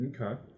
okay